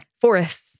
forests